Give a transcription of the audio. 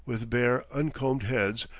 with bare, uncombed heads,